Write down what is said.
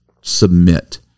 submit